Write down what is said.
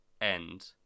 End